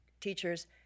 teachers